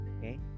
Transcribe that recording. okay